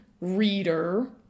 reader